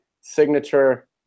signature